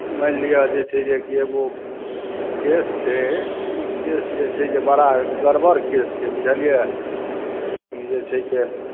मानि लिअ जे छै से एगो केस छै ई केस जे छै से बड़ा गड़बड़ केस छै बुझलियै ई जे छै जे